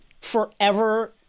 forever